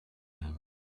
him